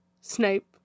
Snape